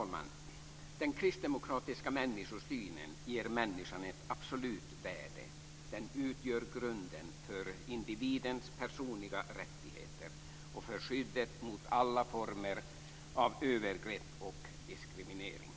Fru talman! Den kristdemokratiska människosynen ger människan ett absolut värde. Den utgör grunden för individens personliga rättigheter och för skyddet mot alla former av övergrepp och diskriminering.